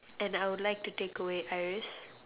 and I would like to take away Iris